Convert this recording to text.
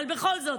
אבל בכל זאת,